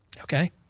Okay